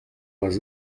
was